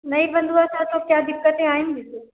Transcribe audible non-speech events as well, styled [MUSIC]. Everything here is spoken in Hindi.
नहीं बंद हुआ था तो क्या दिक़्क़तें आएँगी [UNINTELLIGIBLE]